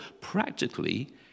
practically